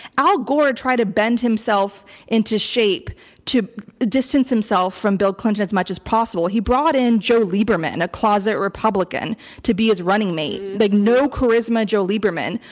al gore try to bend himself into shape to distance himself from bill clinton as much as possible. he brought in joe lieberman, a closet republican to be his running mate. like no charisma, joe lieberman.